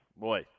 Boy